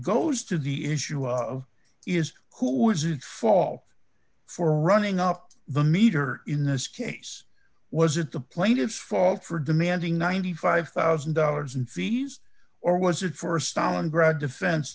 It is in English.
goes to the issue of is who is it fall for running up the meter in this case was it the plaintiffs fault for demanding ninety five thousand dollars in fees or was it for stalin brad defense